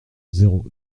zéro